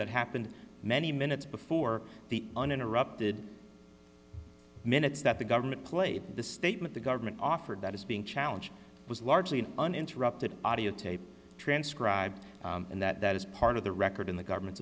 that happened many minutes before the uninterrupted minutes that the government played the statement the government offered that is being challenge was largely an uninterrupted audio tape transcribed and that is part of the record in the government's